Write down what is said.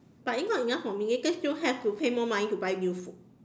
but it's not enough for me still have to pay more money to buy new food